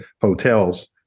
hotels